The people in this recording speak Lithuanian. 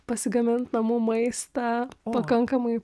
pasigamint namų maistą pakankamai